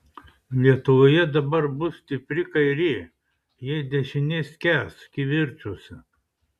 lietuvoje dabar bus stipri kairė jei dešinė skęs kivirčuose